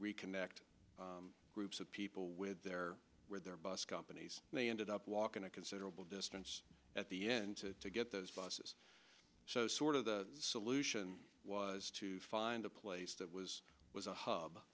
reconnect groups of people with their with their bus companies they ended up walking a considerable distance at the end to get those buses so sort of the solution was to find a place that was was a hub